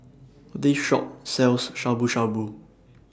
This Shop sells Shabu Shabu